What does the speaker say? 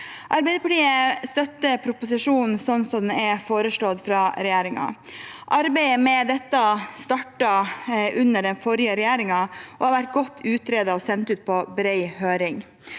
Arbeiderpartiet støtter proposisjonen sånn den er foreslått fra regjeringen. Arbeidet med dette startet under den forrige regjeringen og har vært godt utredet og sendt ut på bred høring.